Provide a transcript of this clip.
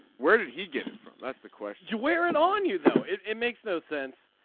where did he get it from. that's the question. you wear it on you though it it makes no sense.